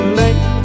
late